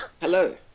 Hello